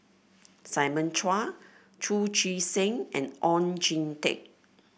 Simon Chua Chu Chee Seng and Oon Jin Teik